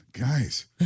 guys